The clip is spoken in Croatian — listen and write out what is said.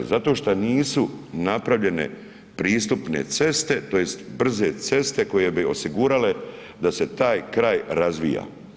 Zato šta nisu napravljene pristupne ceste tj. brze ceste koje bi osigurale da se taj kraj razvija.